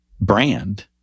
brand